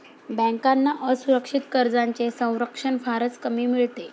बँकांना असुरक्षित कर्जांचे संरक्षण फारच कमी मिळते